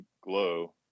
Glow